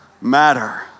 matter